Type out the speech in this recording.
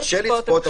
קשה לצפות,